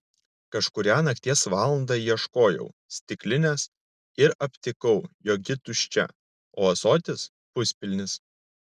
kažkurią nakties valandą ieškojau stiklinės ir aptikau jog ji tuščia o ąsotis puspilnis